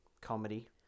comedy